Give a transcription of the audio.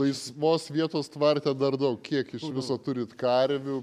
laisvos vietos tvarte dar daug kiek iš viso turit karvių